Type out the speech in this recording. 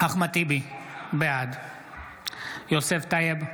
אחמד טיבי, בעד יוסף טייב,